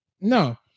no